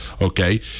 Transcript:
Okay